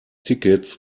tickets